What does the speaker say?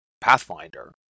Pathfinder